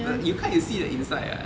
you cut you see the inside ah